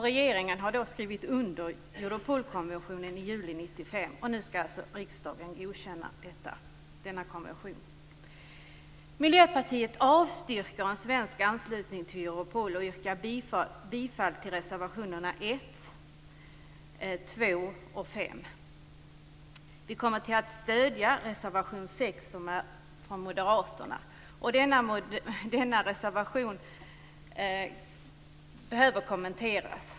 Regeringen skrev under Europolkonventionen i juli 1995, och nu skall alltså riksdagen godkänna denna konvention. Vi stöder dessutom reservation 6, från moderaterna. Denna reservation behöver kommenteras.